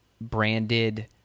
branded